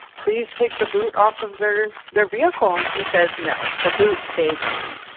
please take the boot off of their their vehicle he says, no, the boot stays on.